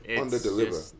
under-deliver